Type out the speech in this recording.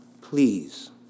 Please